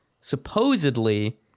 supposedly